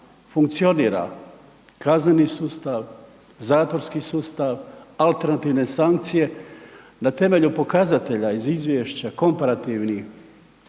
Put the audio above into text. funkcionira kazneni sustav, zatvorski sustav, alternativne sankcije, na temelju pokazatelja iz izvješća komparativnih